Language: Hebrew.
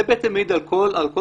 זה בעצם מעיד על כך.